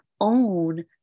own